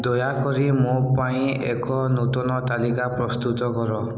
ଦୟାକରି ମୋ ପାଇଁ ଏକ ନୂତନ ତାଲିକା ପ୍ରସ୍ତୁତ କର